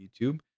youtube